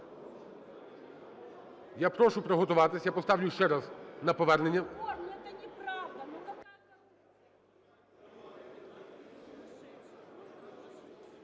Я прошу приготуватись, я поставлю ще раз на повернення.